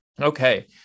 Okay